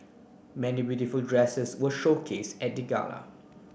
many beautiful dresses were showcase at the gala